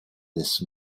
des